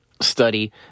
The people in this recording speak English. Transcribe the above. study